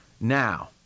Now